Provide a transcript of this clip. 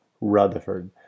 Rutherford